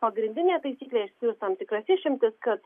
pagrindinė taisyklė išskyrus tam tikras išimtis kad